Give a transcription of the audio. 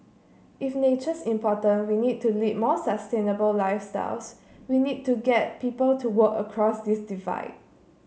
if nature's important we need to lead more sustainable lifestyles we need to get people to work across this divide